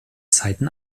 zeiten